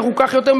מרוכך יותר,